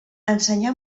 ensenyà